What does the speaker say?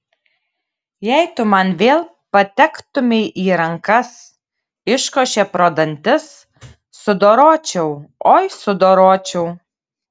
jei tu man vėl patektumei į rankas iškošė pro dantis sudoročiau oi sudoročiau